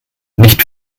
nicht